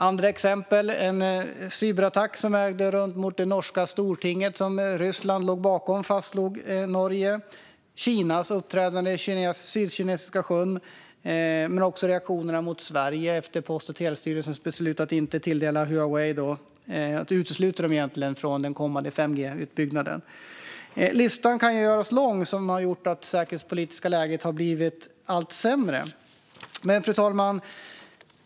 Andra exempel är den ryska cyberattacken mot norska stortinget, Kinas uppträdande i Sydkinesiska sjön och reaktionerna mot Sverige efter Post och telestyrelsens beslut att utesluta Huawei från den kommande 5G-utbyggnaden. Listan kan göras lång på vad som gjort det säkerhetspolitiska läget allt sämre. Fru talman!